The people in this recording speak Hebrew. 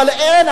אבל אין,